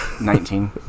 Nineteen